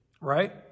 right